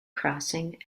crossing